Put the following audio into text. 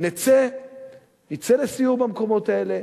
תצא לסיור במקומות האלה.